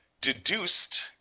deduced